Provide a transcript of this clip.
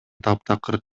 таптакыр